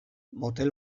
motel